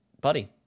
Buddy